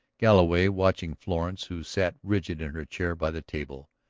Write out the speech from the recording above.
galloway, watching florence, who sat rigid in her chair by the table,